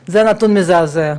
זה נתון מזעזע.